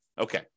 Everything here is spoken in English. Okay